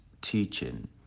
teaching